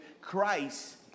Christ